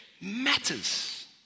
matters